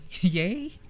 yay